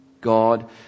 God